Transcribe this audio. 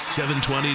720